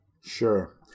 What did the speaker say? Sure